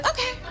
Okay